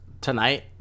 tonight